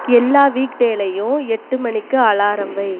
எல்லா வீக் டேலயும் எட்டு மணிக்கு அலாரம் வை